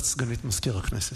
הודעת סגנית מזכיר הכנסת.